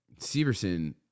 Severson